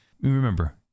Remember